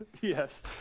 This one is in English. Yes